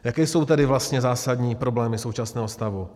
Jaké jsou tedy vlastně zásadní problémy současného stavu?